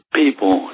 people